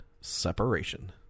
separation